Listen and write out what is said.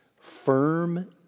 Firm